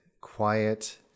quiet